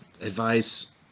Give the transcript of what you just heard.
advice